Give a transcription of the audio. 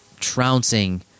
Trouncing